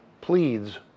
pleads